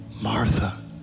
Martha